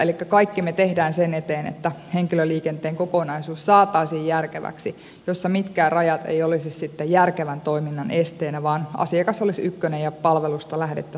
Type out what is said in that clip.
elikkä kaiken me teemme sen eteen että henkilöliikenteen kokonaisuus saataisiin järkeväksi niin että mitkään rajat eivät olisi järkevän toiminnan esteenä vaan asiakas olisi ykkönen ja palvelusta lähdettäisiin liikenteeseen